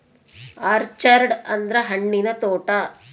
orchard ಅಂದ್ರ ಹಣ್ಣಿನ ತೋಟ